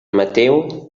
mateu